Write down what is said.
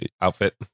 outfit